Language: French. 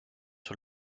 sur